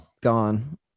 Gone